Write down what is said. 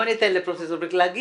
בואי ניתן לפרופ' בריק לסיים.